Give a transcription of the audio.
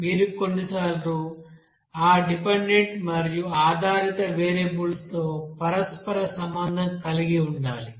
మీరు కొన్నిసార్లు ఆ ఇండిపెండెంట్ మరియు ఆధారిత వేరియబుల్స్తో పరస్పర సంబంధం కలిగి ఉండాలి